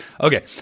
Okay